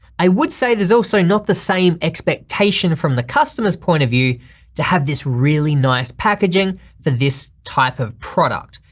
i would say there's also not the same expectation from the customer's point of view to have this really nice packaging for this type of product.